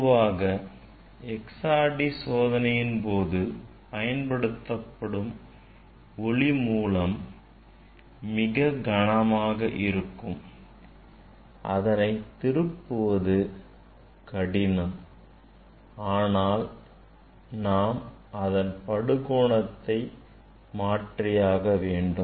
பொதுவாக XRD சோதனையின்போது பயன் படுத்தப்படும் ஒளி மூலம் மிக கனமாக இருக்கும் அதனை திருப்புவது கடினம் ஆனால் நாம் அதன் படு கோணத்தை மாற்றியாக வேண்டும்